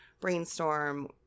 brainstorm